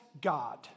God